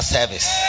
Service